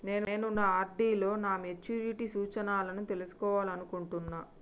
నేను నా ఆర్.డి లో నా మెచ్యూరిటీ సూచనలను తెలుసుకోవాలనుకుంటున్నా